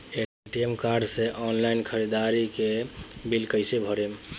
ATM card से online ख़रीदारी के बिल कईसे भरेम?